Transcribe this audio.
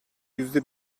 yüzde